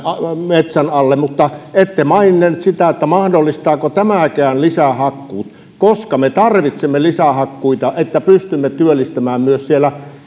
metsän alle mutta ette maininnut sitä mahdollistaako tämäkään lisähakkuut koska me tarvitsemme lisähakkuita että pystymme työllistämään myös siellä